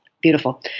Beautiful